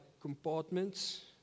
compartments